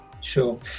Sure